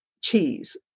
cheese